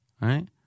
right